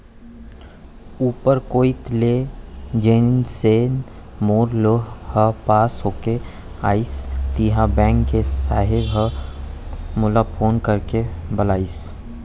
ऊपर कोइत ले जइसने मोर लोन ह पास होके आइस तिहॉं बेंक के साहेब ह मोला फोन करके बलाइस